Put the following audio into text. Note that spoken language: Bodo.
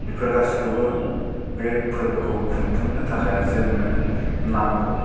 बेफोर गासैखौबो बे फोर्बोखौ खुंफुंनो थाखाय जोंनो नांगौ